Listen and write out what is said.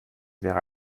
wäre